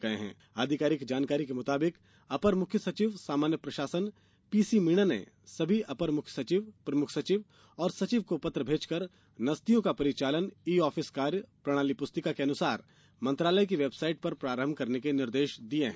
गए आधिकारिक जानकारी के मुताबिक अपर मुख्य सचिव सामान्य प्रशासन पीसी मीना ने सभी अपर मुख्य सचिव प्रमुख सचिव और सचिव को पत्र भेजकर नस्तियों का परिचालन ई ऑफिस कार्य प्रणाली पुस्तिका के अनुसार मंत्रालय की वेबसाईट पर प्रारंभ करने के निर्देश दिए हैं